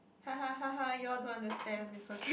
hahahaha you all don't understand it's ok